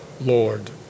Lord